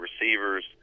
receivers